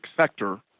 sector